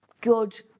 good